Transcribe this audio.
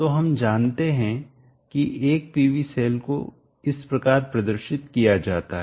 तो हम जानते हैं कि एक PV सेल को इस प्रकार प्रदर्शित किया जाता है